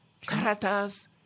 Characters